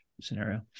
scenario